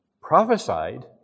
prophesied